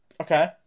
Okay